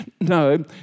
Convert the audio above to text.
No